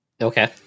okay